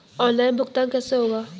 Online भुगतान कैसे होगा?